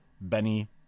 Benny